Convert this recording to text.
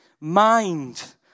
mind